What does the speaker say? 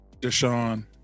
Deshaun